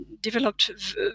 developed